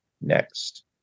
next